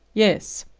yes.